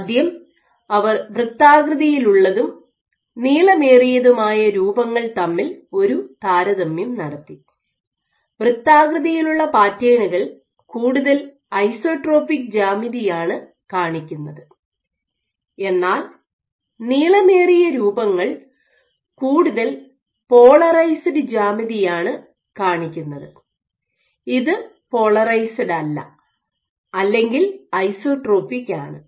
ആദ്യം അവർ വൃത്താകൃതിയിലുള്ളതും നീളമേറിയതുമായ രൂപങ്ങൾ തമ്മിൽ ഒരു താരതമ്യം നടത്തി വൃത്താകൃതിയിലുള്ള പാറ്റേണുകൾ കൂടുതൽ ഐസോട്രോപിക് ജ്യാമിതിയാണ് കാണിക്കുന്നത് എന്നാൽ നീളമേറിയ രൂപങ്ങൾ കൂടുതൽ പോളറൈസ്ഡ് ജ്യാമിതിയാണ് കാണിക്കുന്നത് ഇത് പോളറൈസ്ഡല്ല അല്ലെങ്കിൽ ഐസോട്രോപിക് ആണ്